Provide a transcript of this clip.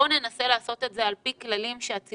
ננסה לעשות את זה על פי כללים שהציבור